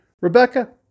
Rebecca